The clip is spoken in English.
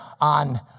on